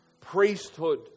priesthood